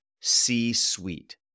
C-suite